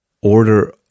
order